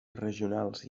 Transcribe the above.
regionals